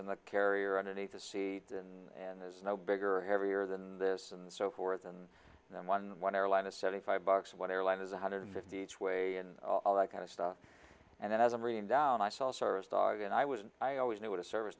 in the carrier underneath the seat and there's no bigger heavier than this and so forth and then one one airline a seventy five bucks what airline is one hundred fifty each way and all that kind of stuff and then as a marine down my cell service dog and i was i always knew what a service